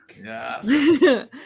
Yes